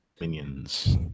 Minions